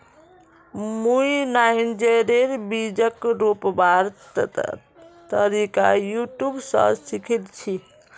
मुई नाइजरेर बीजक रोपवार तरीका यूट्यूब स सीखिल छि